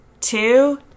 two